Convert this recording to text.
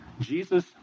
Jesus